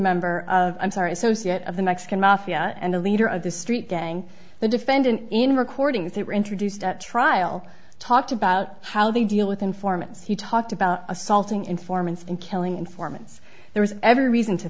member of i'm sorry associate of the mexican mafia and the leader of the street gang the defendant in recordings that were introduced at trial talked about how they deal with informants he talked about assaulting informants and killing informants there is every reason to